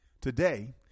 Today